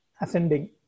ascending